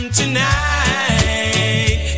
tonight